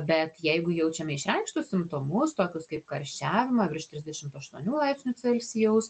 bet jeigu jaučiame išreikštus simptomus tokius kaip karščiavimą virš trisdešimt aštuonių laipsnių celsijaus